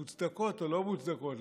מוצדקות או לא מוצדקות,